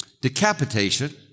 decapitation